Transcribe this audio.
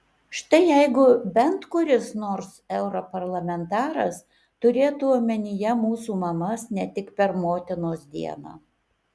štai jeigu bent kuris nors europarlamentaras turėtų omenyje mūsų mamas ne tik per motinos dieną